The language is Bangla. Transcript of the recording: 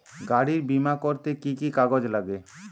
গাড়ীর বিমা করতে কি কি কাগজ লাগে?